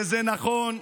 וזה נכון,